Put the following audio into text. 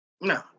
no